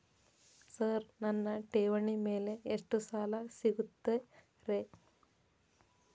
Sir ನನ್ನ ಠೇವಣಿ ಮೇಲೆ ಎಷ್ಟು ಸಾಲ ಸಿಗುತ್ತೆ ರೇ?